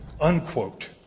unquote